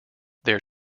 their